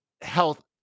health